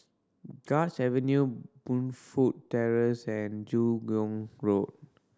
Guards Avenue Burnfoot Terrace and Joo Hong Road